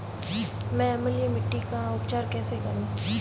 मैं अम्लीय मिट्टी का उपचार कैसे करूं?